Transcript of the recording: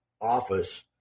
office